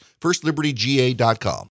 firstlibertyga.com